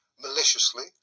maliciously